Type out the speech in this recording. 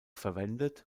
verwendet